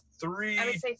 three